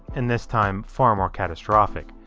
and this time far more catastrophic.